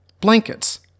blankets